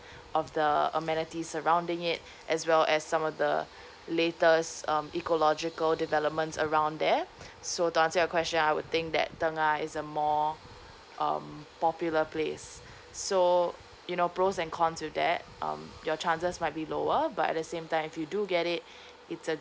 of the amenities surrounding it as well as some of the latest um ecological developments around there so to answer your question I would think that tengah is a more um popular place so you know pros and cons to that um your chances might be lower but at the same time if you do get it it's a